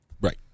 Right